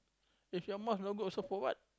if your mouth no good also for what